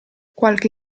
qualche